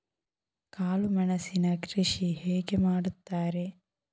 ಕಾಳು ಮೆಣಸಿನ ಕೃಷಿ ಹೇಗೆ ಮಾಡುತ್ತಾರೆ?